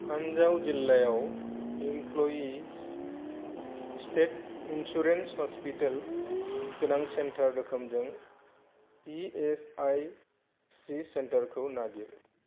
आन्जाउ जिल्लायाव employees' state insurance hospital गोनां centre रोखोमजों इ एस आइ सि सेन्टारखौ नागिर